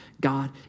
God